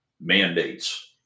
mandates